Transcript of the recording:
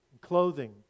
clothing